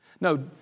No